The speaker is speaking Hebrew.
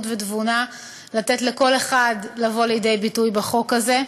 ותבונה לתת לכל אחד לבוא לידי ביטוי בחוק הזה.